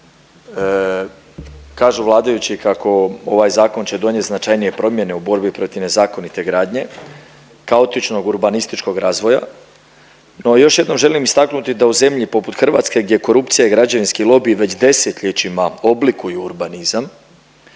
Kažu vladajući kako ovaj zakon će donijet značajnije promjene u borbi protiv nezakonite gradnje, kaotičnog urbanističkog razvoja. No, još jednom želim istaknuti da u zemlji poput Hrvatske gdje korupcija i građevinski lobiji već desetljećima oblikuju urbanizam